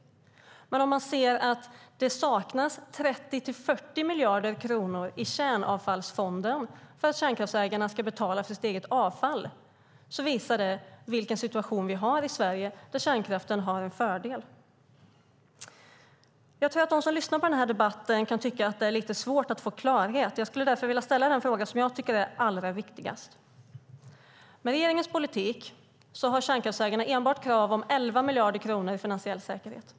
Men när man ser att det saknas 30-40 miljarder kronor i Kärnavfallsfonden för att kärnkraftsägarna ska betala för sitt eget avfall visar det vilken situation vi har i Sverige, där kärnkraften har en fördel. Jag tror att de som lyssnar på debatten kan tycka att det är lite svårt att få klarhet. Jag skulle därför vilja ställa den fråga som jag tycker är allra viktigast. Med regeringens politik har kärnkraftsägarna enbart krav om 11 miljarder kronor i finansiell säkerhet.